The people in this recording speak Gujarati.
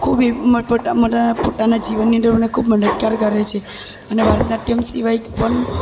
ખૂબ ઈ મા મને પોતાના જીવનની અંદર ખૂબ મદદગાર કરે છે અને ભારત નાટ્યમ સિવાય પણ